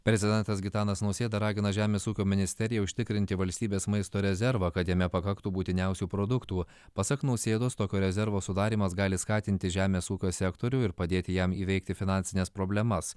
prezidentas gitanas nausėda ragina žemės ūkio ministeriją užtikrinti valstybės maisto rezervą kad jame pakaktų būtiniausių produktų pasak nausėdos tokio rezervo sudarymas gali skatinti žemės ūkio sektorių ir padėti jam įveikti finansines problemas